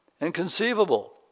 Inconceivable